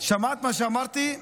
שמעת מה שאמרתי?